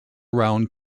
around